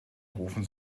rufen